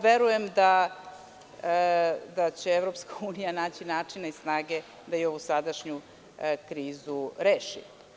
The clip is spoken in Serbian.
Verujem da će EU naći načina i snage da i ovu sadašnju krizu reši.